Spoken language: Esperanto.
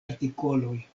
artikoloj